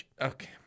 okay